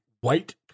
white